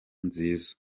nziza